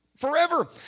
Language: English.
Forever